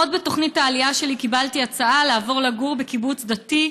עוד בתוכנית העלייה שלי קיבלתי הצעה לעבור לגור בקיבוץ דתי,